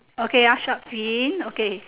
okay ah shark fin okay